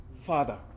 Father